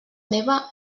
meva